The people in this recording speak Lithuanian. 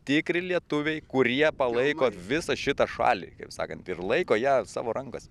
tikri lietuviai kurie palaiko visą šitą šalį kaip sakant ir laiko ją savo rankose